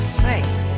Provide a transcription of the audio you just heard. faith